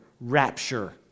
rapture